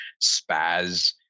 spaz